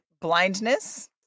blindness